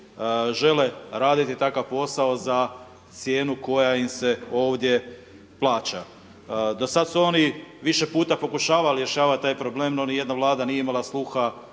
žele raditi takav posao za cijenu koja im se ovdje plaća. Do sad su oni više puta pokušavali rješavati taj problem, no ni jedna Vlada nije imala sluha